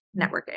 networking